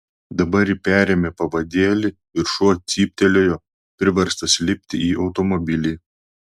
dabar ji perėmė pavadėlį ir šuo cyptelėjo priverstas lipti į automobilį